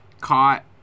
caught